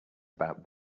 about